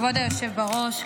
כבוד היושב בראש,